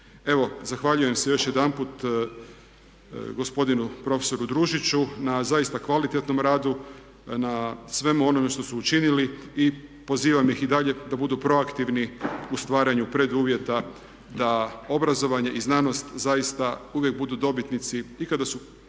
Evo, zahvaljujem se još jedanput gospodinu prof. Družiću na zaista kvalitetnom radu, na svemu onome što su učinili i pozivam ih i dalje da budu proaktivni u stvaranju preduvjeta da obrazovanje i znanost zaista uvijek budu dobitnici i kada su